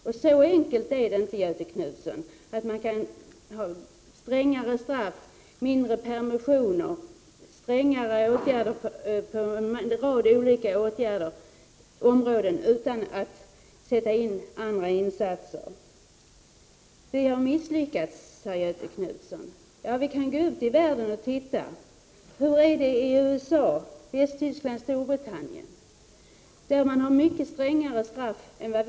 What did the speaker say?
Det är inte så enkelt, Göthe Knutson, att man bara kan fatta beslut om strängare straff, färre permissioner, m.m. utan att man gör andra insatser. Göthe Knutson säger att socialdemokraterna har misslyckats. Men vi kan se hur det är på andra ställen i världen, i t.ex. USA, Västtyskland och Storbritannien. Där är straffen mycket strängare än i Sverige.